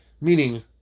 meaning